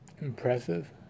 Impressive